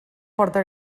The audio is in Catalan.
porta